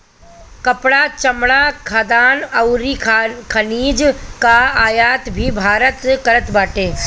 कपड़ा, चमड़ा, खाद्यान अउरी खनिज कअ आयात भी भारत करत बाटे